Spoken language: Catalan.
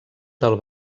del